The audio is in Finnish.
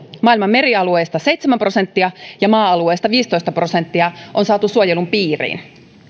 maailman merialueista seitsemän prosenttia ja maa alueista viisitoista prosenttia on saatu suojelun piiriin